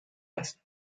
lassen